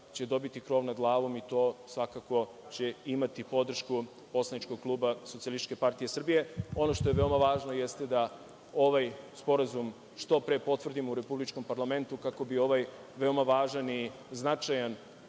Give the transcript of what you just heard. će dobiti krov nad glavom, i to će svakako imati podršku poslaničkog kluba SPS.Ono što je veoma važno jeste da ovaj sporazum što pre potvrdimo u Republičkom parlamentu kako bi ovaj veoma važan i značajan